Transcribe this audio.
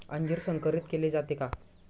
अंजीर संकरित केले जाते का?